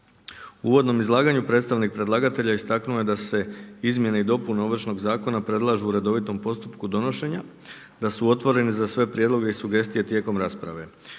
U uvodnom izlaganju predstavnik predlagatelja istaknuo je da se izmjene i dopune Ovršnog zakona predlažu u redovitom postupku donošenja, da su otvoreni za sve prijedloge i sugestije tijekom rasprave.